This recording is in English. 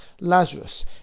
Lazarus